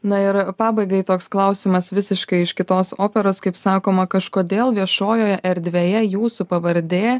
na ir pabaigai toks klausimas visiškai iš kitos operos kaip sakoma kažkodėl viešojoje erdvėje jūsų pavardė